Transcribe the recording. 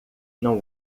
não